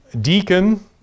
deacon